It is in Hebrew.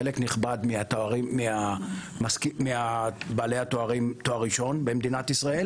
חלק נכבד מבעלי תואר ראשון במדינת ישראל